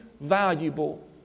valuable